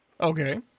Okay